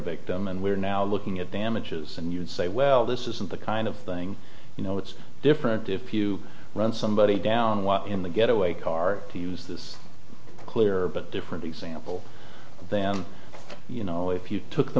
victim and we're now looking at damages and you say well this isn't the kind of thing you know it's different if you run somebody down while in the getaway car to use this clear but different example then you know if you took the